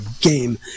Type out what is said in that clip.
game